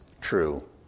true